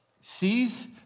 Sees